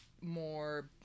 more